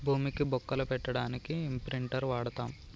భూమికి బొక్కలు పెట్టడానికి ఇంప్రింటర్ వాడతం